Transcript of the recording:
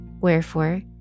Wherefore